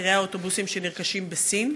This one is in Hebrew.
למחירי האוטובוסים שנרכשים מסין?